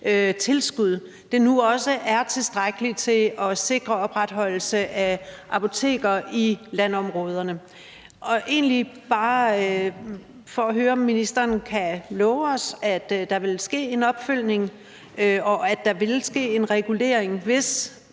nu også er tilstrækkeligt til at sikre opretholdelsen af apoteker i landområderne. Jeg vil egentlig bare høre, om ministeren kan love os, at der vil ske en opfølgning, og at der vil ske en regulering, hvis